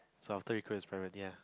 so after you request private ya